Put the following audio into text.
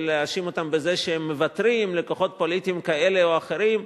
ולהאשים אותם שהם מוותרים לכוחות פוליטיים כאלה או אחרים.